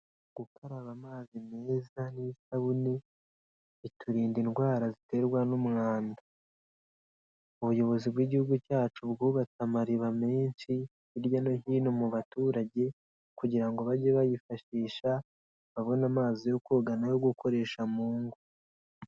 Gukaraba amazi meza n'isabune, biturinda indwara ziterwa n'umwanda. Ubuyobozi bw'igihugu cyacu bwubatse amariba menshi, hirya no hino mu baturage kugira ngo bajye bayifashisha, babone amazi yo koga n'ayo gukoresha mu ngo.